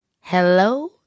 Hello